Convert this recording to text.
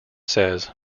says